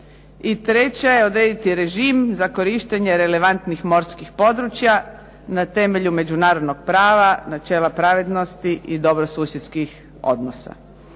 treća je odrediti režim za korištenje relevantnih morskih područja na temelju međunarodnog prava, načela pravednosti i dobrosusjedskih odnosa.